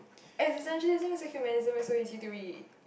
existentialism is a humanism is so easy to read